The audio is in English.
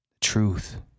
Truth